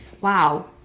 wow